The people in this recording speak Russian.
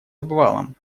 обвалом